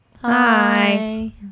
Hi